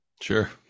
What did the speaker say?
sure